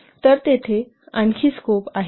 तर तेथे आणखी स्कोप आहे का